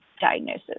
diagnosis